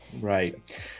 Right